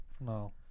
no